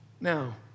Now